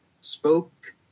spoke